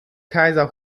kaiser